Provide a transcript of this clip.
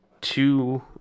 two